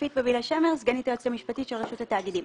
סגנית היועצת המשפטית של רשות התאגידים.